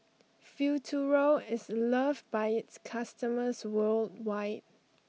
Futuro is loved by its customers worldwide